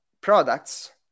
products